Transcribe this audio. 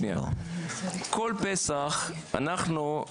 כל פסח אנחנו,